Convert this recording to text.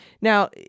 Now